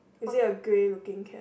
is it a grey looking cat